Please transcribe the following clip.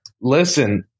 Listen